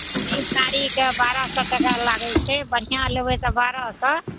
सूती साड़ीके बारह सओ टका लागै छै बढ़िआँ लेबै तऽ बारह सओ